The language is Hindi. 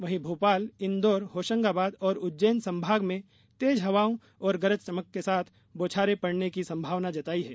वहीं भोपाल इंदौर होशंगाबाद और उज्जैन संभाग में तेज हवाओं और गरज चमक के साथ बौछारें पड़ने की संभावना जताई है